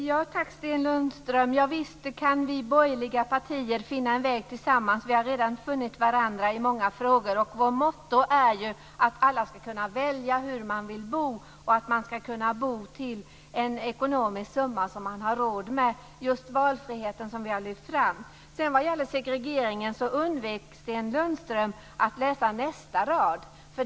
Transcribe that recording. Fru talman! Ja, visst kan vi i de borgerliga partierna finna en väg tillsammans. I många frågor har vi redan funnit varandra. Vårt motto är att alla ska kunna välja sättet att bo. Man ska kunna bo till en summa som man har råd med. Vi har alltså lyft fram just valfriheten. Vad gäller segregeringen undvek Sten Lundström att läsa nästa rad.